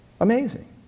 Amazing